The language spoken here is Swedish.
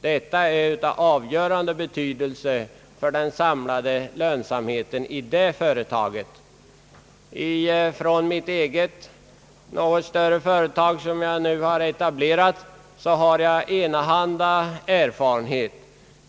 Detta är av avgörande betydelse för den samlade lönsamheten i det företaget. Från det något större företag, som jag nu har etablerat, har jag enahanda erfarenhet.